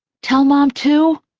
tell mom, too?